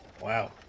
wow